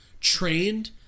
trained